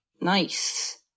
Nice